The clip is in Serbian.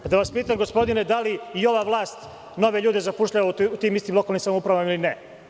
Da vas pitam, gospodine, da li i ova vlast nove ljude zapošljava u tim istim lokalnim samoupravama ili ne?